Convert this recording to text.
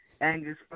Angus